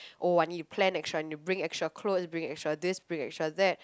oh I need to plan extra need to bring extra clothes bring extra this bring extra that